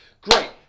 great